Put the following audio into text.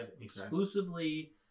exclusively